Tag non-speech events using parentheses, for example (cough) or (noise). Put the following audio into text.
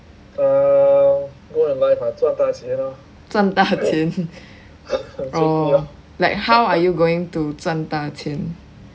赚大钱 (laughs) orh how are you going to 赚大钱